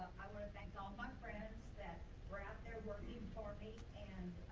i wanna thank all my friends that were out there working for me and,